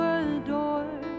adore